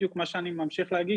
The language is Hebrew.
בדיוק, מה שאני ממשיך להגיד.